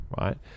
Right